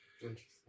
Interesting